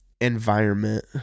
environment